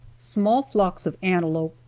small flocks of antelope,